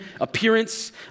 appearance